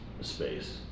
space